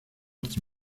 qui